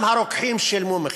גם הרוקחים שילמו מחיר.